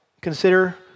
consider